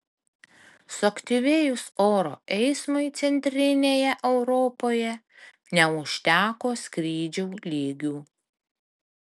suaktyvėjus oro eismui centrinėje europoje neužteko skrydžių lygių